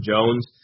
Jones